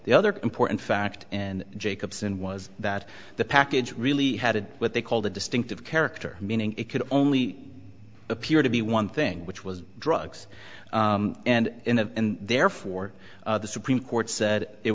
the other important fact and jacobson was that the package really had what they called a distinctive character meaning it could only appear to be one thing which was drugs and therefore the supreme court said it